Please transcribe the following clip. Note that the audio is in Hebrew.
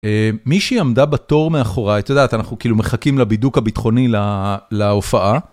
מישהי עמדה בתור מאחוריי, אתה יודעת אנחנו כאילו מחכים לבידוק הביטחוני להופעה.